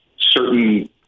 certain